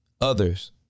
others